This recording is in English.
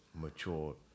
mature